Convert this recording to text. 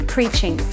Preaching